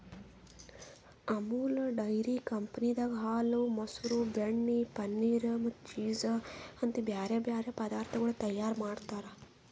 Amul dairy ಕಂಪನಿದಾಗ್ ಹಾಲ, ಮೊಸರ, ಬೆಣ್ಣೆ, ಪನೀರ್ ಮತ್ತ ಚೀಸ್ ಅಂತ್ ಬ್ಯಾರೆ ಬ್ಯಾರೆ ಪದಾರ್ಥಗೊಳ್ ತೈಯಾರ್ ಮಾಡ್ತಾರ್